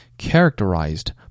characterized